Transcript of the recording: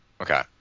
Okay